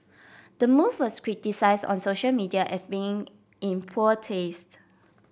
the move was criticised on social media as being in poor taste